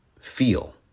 feel